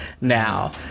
now